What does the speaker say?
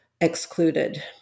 excluded